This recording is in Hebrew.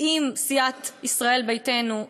עם סיעת ישראל ביתנו,